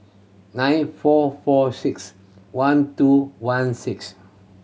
nine four four six one two one six